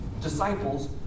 disciples